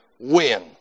win